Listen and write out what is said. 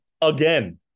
again